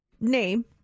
name